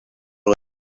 les